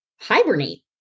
hibernate